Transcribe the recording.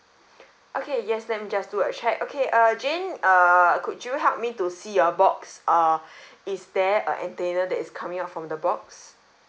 okay yes let me just do a check okay uh jane err could you help me to see your box uh is there a antenna that is coming out from the box